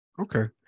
okay